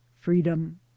FREEDOM